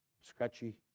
scratchy